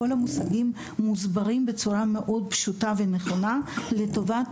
כל המושגים מוסברים בצורה מאוד פשוטה ונכונה לטובת